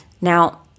Now